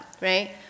right